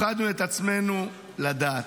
הפחדנו את עצמנו לדעת.